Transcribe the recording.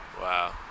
Wow